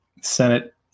Senate